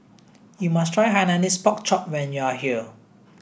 you must try Hainanese pork chop when you are here